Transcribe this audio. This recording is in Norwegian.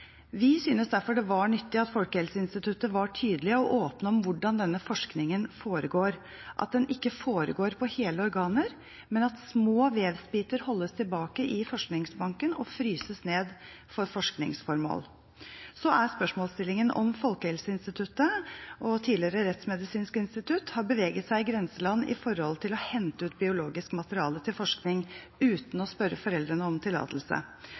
Vi synes derfor det var nyttig at Folkehelseinstituttet var tydelig på og åpen om hvordan denne forskningen foregår, at den ikke foregår på hele organer, men at små vevsbiter holdes tilbake i forskningsbanken og fryses ned for forskningsformål. Så er spørsmålsstillingen om Folkehelseinstituttet og tidligere Rettsmedisinsk institutt har beveget seg i grenseland med hensyn til å hente ut biologisk materiale til forskning uten å spørre foreldrene om tillatelse.